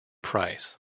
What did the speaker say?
price